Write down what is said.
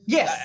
Yes